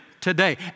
today